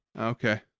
Okay